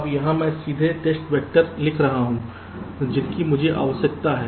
अब यहाँ मैं सीधे टेस्ट वैक्टर लिख रहा हूँ जिनकी मुझे आवश्यकता है